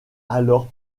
alors